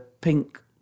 pink